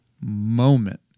moment